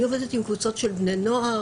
אני עובדת עם קבוצות של בני נוער,